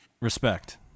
Respect